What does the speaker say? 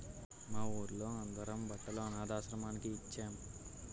మా వూళ్ళో అందరం బట్టలు అనథాశ్రమానికి ఇచ్చేం